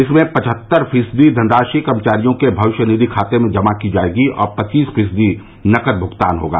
इसमें पचहत्तर फीसदी धनराशि कर्मचारियों के भविष्य निधि खाते में जमा की जाएगी और पच्चीस फीसदी नकद भुगतान होगा